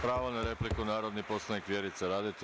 Pravo na repliku, narodni poslanik Vjerica Radeta.